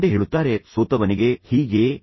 ತಂದೆ ಹೇಳುತ್ತಾರೆಃ ಸೋತವನಿಗೆ ಹೀಗೆಯೇ